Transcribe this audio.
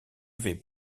vais